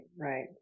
right